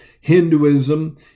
Hinduism